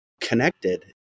connected